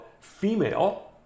female